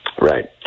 Right